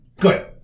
good